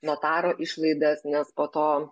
notaro išlaidas nes po to